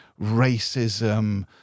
racism